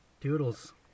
Doodles